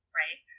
right